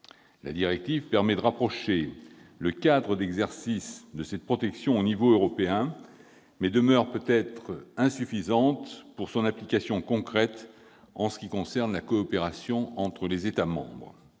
La directive permet de rapprocher le cadre d'exercice de cette protection au niveau européen, mais demeure peut-être insuffisante, pour son application concrète, en ce qui concerne la coopération entre les États membres.